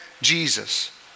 Jesus